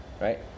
Right